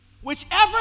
whichever